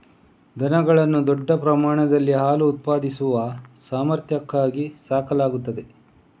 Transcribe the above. ದನಗಳನ್ನು ದೊಡ್ಡ ಪ್ರಮಾಣದಲ್ಲಿ ಹಾಲು ಉತ್ಪಾದಿಸುವ ಸಾಮರ್ಥ್ಯಕ್ಕಾಗಿ ಸಾಕಲಾಗುತ್ತದೆ